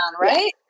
right